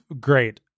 great